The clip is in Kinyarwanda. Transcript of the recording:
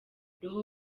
roho